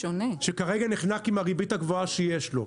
שכרגע נחנק עם הריבית הגבוהה שיש לו.